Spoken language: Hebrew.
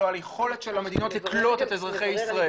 היכולת של המדינות לקלוט את אזרחי ישראל.